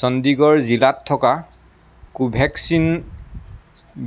চণ্ডীগড় জিলাত থকা কোভেক্সিন